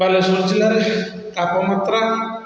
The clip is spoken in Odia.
ବାଲେଶ୍ୱର ଜିଲ୍ଲାରେ ତାପମାତ୍ରା